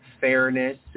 fairness